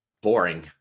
boring